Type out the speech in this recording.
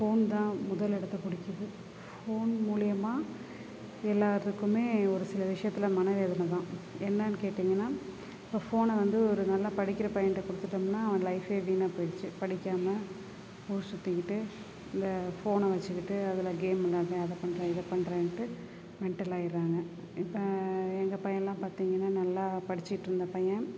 phone தான் முதல் இடத்த புடிக்குது ஃபோன் மூலிமா எல்லாத்துக்கும் ஒரு சில விஷயத்தில் மன வேதனைதான் என்னென்னு கேட்டிங்கன்னா இப்போ ஃபோனை வந்து ஒரு நல்லா படிக்கிற பையன்ட்ட கொடுத்துட்டோம்ன்னா அவன் லைஃபே வீணாக போய்ருச்சி படிக்காமல் ஊர் சுற்றிக்கிட்டு இந்த ஃபோனை வைச்சிக்கிட்டு அதில் கேம் விளையாடுறேன் அதை பண்ணுறேன் இதை பண்ணுறேன்ட்டு மெண்டல் ஆயிடுறாங்க இப்போ எங்கள் பையன்லாம் பார்த்திங்கன்னா நல்லா படிச்சுட்ருந்த பையன்